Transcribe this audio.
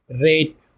rate